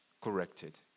corrected